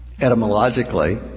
etymologically